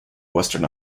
western